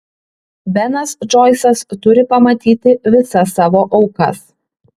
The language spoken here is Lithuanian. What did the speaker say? benas džoisas turi pamatyti visas savo aukas